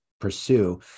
pursue